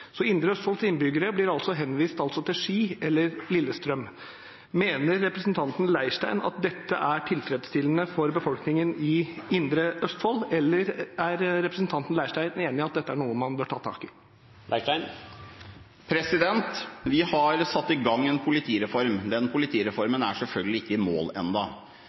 Så Indre Østfolds innbyggere blir altså henvist til Ski eller til Lillestrøm. Mener representanten Leirstein at dette er tilfredsstillende for befolkningen i Indre Østfold, eller er representanten Leirstein enig i at dette er noe man bør ta tak i? Vi har satt i gang en politireform. Den politireformen er selvfølgelig ikke i mål